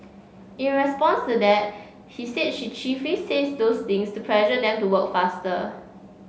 in response to that he said she chiefly says those things to pressure them to work faster